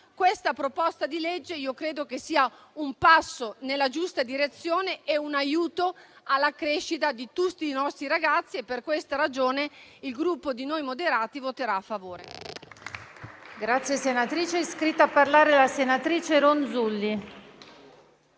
questa proposta di legge sia un passo nella giusta direzione e un aiuto alla crescita di tutti i nostri ragazzi. Per questa ragione il Gruppo Noi Moderati voterà a favore.